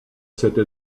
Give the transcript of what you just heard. cette